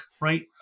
right